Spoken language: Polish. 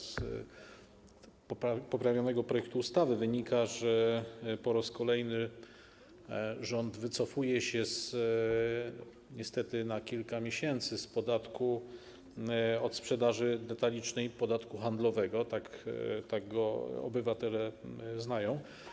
Z poprawionego projektu ustawy wynika, że po raz kolejny rząd wycofuje się z niestety na kilka miesięcy z podatku od sprzedaży detalicznej i podatku handlowego, tak go obywatele określają.